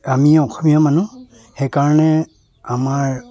আমি অসমীয়া মানুহ সেইকাৰণে আমাৰ